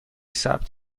ثبت